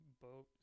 boat